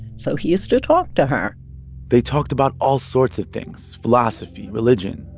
so he used to talk to her they talked about all sorts of things philosophy, religion,